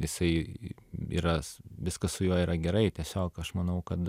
jisai yra viskas su juo yra gerai tiesiog aš manau kad